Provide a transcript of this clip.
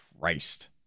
Christ